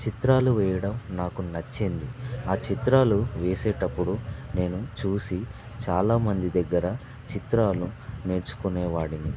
చిత్రాలు వేయడం నాకు నచ్చింది ఆ చిత్రాలు వేసేటప్పుడు నేను చూసి చాలామంది దగ్గర చిత్రాలు నేర్చుకునేవాడిని